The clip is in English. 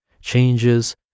changes